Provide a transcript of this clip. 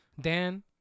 Dan